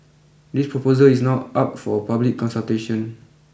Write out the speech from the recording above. this proposal is now up for public consultation